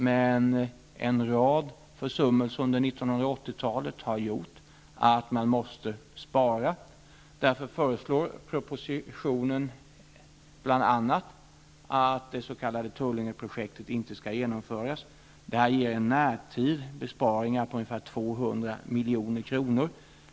Men en rad försummelser under 1980-talet har medfört att man måste spara. Därför föreslår propositionen bl.a. att det s.k. Tullingeprojektet inte skall genomföras. Det här ger i närtid besparingar på ungefär 200 milj.kr.